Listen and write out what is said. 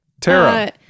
Tara